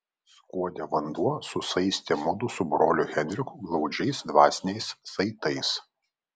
skuode vanduo susaistė mudu su broliu henriku glaudžiais dvasiniais saitais